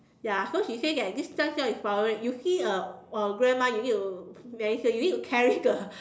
ya so she said that you see a a grandma you need to medicine you need to carry the